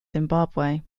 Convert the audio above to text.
zimbabwe